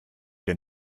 denn